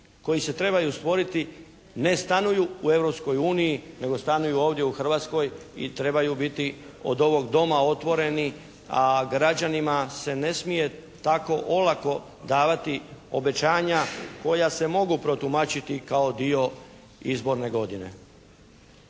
koji se trebaju stvoriti, ne stanuju u Europskoj uniji nego stanuju ovdje u Hrvatskoj i trebaju biti od ovog Doma otvoreni, a građanima se ne smije tako olako davati obećanja koja se mogu protumačiti kao dio izborne godine.